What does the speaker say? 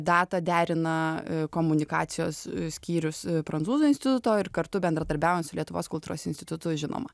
datą derina komunikacijos skyrius prancūzų instituto ir kartu bendradarbiaujant su lietuvos kultūros institutu žinoma